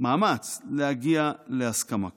מאמץ להגיע להסכמה כזאת.